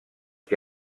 que